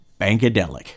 Bankadelic